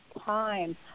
time